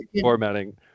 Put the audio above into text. formatting